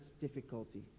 difficulty